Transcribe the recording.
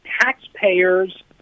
taxpayers